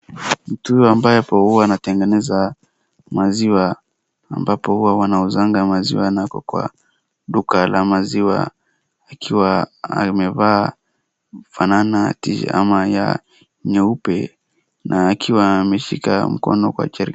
Mtu ambaye huwa hapo anatengeneza maziwa ambapo huwa wanauzanga maziwa na ako kwa duka la maziwa akiwa amevaa fulana nyeupe na akiwa ameshika mkono kwa jerikani.